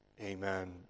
Amen